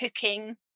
cooking